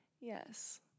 Yes